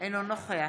אינו נוכח